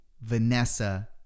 Vanessa